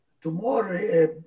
tomorrow